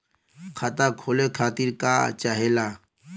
खाता खोले खातीर का चाहे ला?